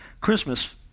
Christmas